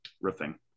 roofing